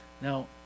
Now